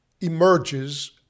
emerges